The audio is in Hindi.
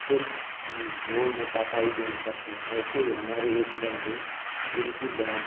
सिर्फ़ वह मोटापा ही गेन करते हैं ऐसे ही हमारे एक बन्धु जिनकी बहन